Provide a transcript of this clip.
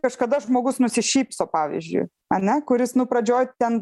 kažkada žmogus nusišypso pavyzdžiu ane kuris nu pradžioj ten